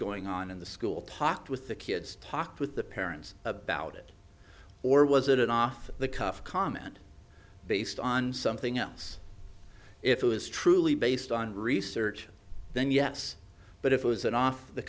going on in the school talked with the kids talked with the parents about it or was it an off the cuff comment based on something else if it was truly based on research then yes but if it was an off the